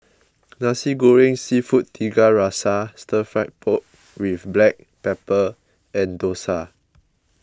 Nasi Goreng Seafood Tiga Rasa Stir Fry Pork with Black Pepper and Dosa